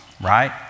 right